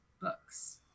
books